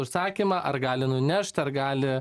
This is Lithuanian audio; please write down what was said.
užsakymą ar gali nunešt ar gali